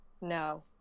no